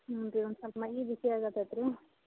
ಹ್ಞೂ ರೀ ಒಂದು ಸ್ವಲ್ಪ ಮೈ ಬಿಸಿ ಆಗತತ್ ರೀ